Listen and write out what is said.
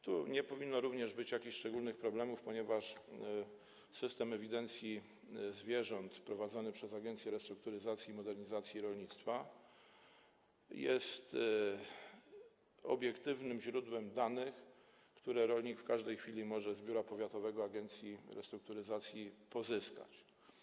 Tu nie powinno również być jakichś szczególnych problemów, ponieważ system ewidencji zwierząt prowadzony przez Agencję Restrukturyzacji i Modernizacji Rolnictwa jest obiektywnym źródłem danych, które rolnik w każdej chwili może z biura powiatowego agencji restrukturyzacji pozyskać.